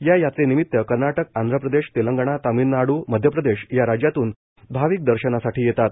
या यात्रेनिमित कर्नाटक आंधप्रदेश तेर्लगणा तामिळनापू मध्य प्रदेश या राज्यातून भाविक दर्शनासाठी येतात